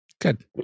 good